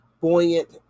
Buoyant